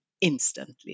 instantly